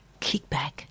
kickback